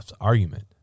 argument